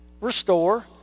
restore